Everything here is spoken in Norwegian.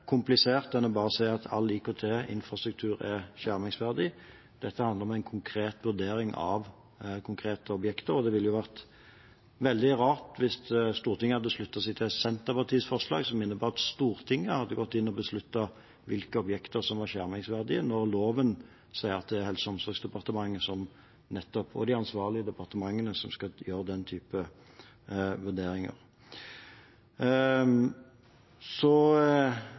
komplisert enn bare å si at all IKT-infrastruktur er skjermingsverdig. Dette handler om en konkret vurdering av konkrete objekter, og det ville vært veldig rart hvis Stortinget hadde sluttet seg til Senterpartiets forslag, som ville innebære at Stortinget gikk inn og besluttet hvilke objekter som er skjermingsverdige, når loven sier at det er Helse- og omsorgsdepartementet og de andre ansvarlige departementene som skal gjøre den typen vurderinger.